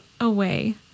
away